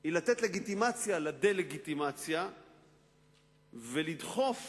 הוא לתת לגיטימציה לדה-לגיטימציה ולדחוף את